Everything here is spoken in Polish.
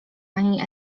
ani